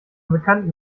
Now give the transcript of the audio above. bekannten